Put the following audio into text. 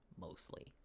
mostly